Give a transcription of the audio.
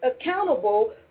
accountable